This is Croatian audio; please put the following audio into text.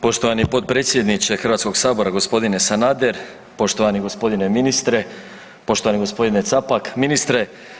Poštovani potpredsjedniče Hrvatskog sabora, g. Sanader, poštovani gospodine ministre, poštovani gospodine Capak, ministre.